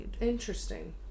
interesting